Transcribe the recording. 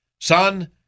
Son